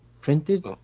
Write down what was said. printed